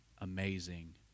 amazing